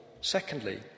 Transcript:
Secondly